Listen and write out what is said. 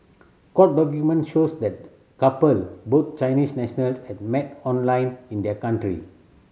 court documents show that the couple both Chinese national had met online in their country